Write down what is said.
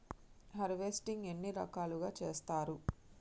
Harvesting ఎన్ని రకాలుగా చేస్తరు?